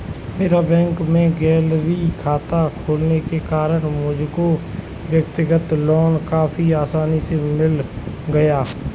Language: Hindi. मेरा बैंक में सैलरी खाता होने के कारण मुझको व्यक्तिगत लोन काफी आसानी से मिल गया